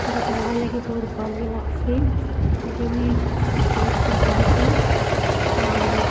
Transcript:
ସେଇଟା ପଢ଼୍ବାର୍ ଲାଗି ବହୁତ୍ ଭଲ୍ ବି ଲାଗସି୍ ସେଇଟାକେ ମୁଇଁ ବହୁତ୍ଥର୍ ପଢ଼ିଛେଁ ଆଉ